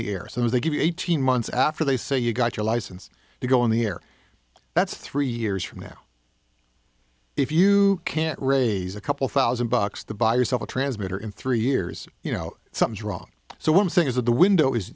the air so if they give you eighteen months after they say you got your license to go on the air that's three years from now if you can't raise a couple thousand bucks to buy yourself a transmitter in three years you know something's wrong so one thing is that the window is